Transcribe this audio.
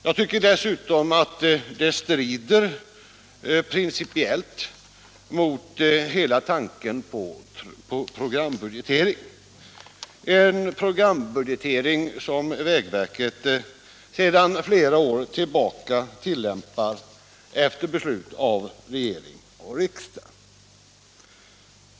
Jag tycker dessutom att det principiellt strider mot hela tanken med programbudgetering, som vägverket sedan flera år tillbaka tillämpar efter beslut av regering och riksdag.